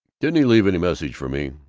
didn' he leave any message for me?